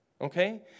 Okay